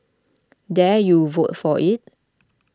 dare you vote for it